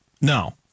No